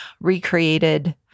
recreated